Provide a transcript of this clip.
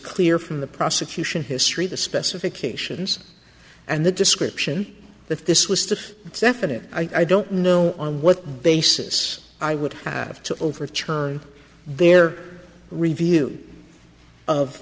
clear from the prosecution history the specifications and the description that this was the definite i don't know on what basis i would have to overturn their review of